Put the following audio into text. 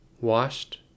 Washed